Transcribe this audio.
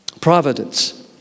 providence